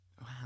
Wow